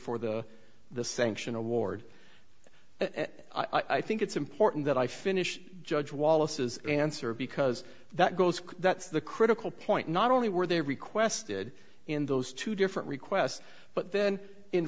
for the the sanction award and i think it's important that i finish judge wallace's answer because that goes that's the critical point not only were they requested in those two different requests but then in